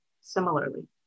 similarly